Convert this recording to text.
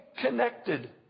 connected